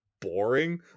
boring